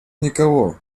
никого